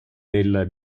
del